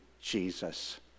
Jesus